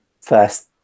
first